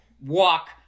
walk